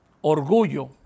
orgullo